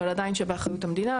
אבל עדיין שבאחריות המדינה,